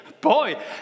boy